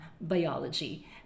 biology